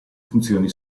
funzioni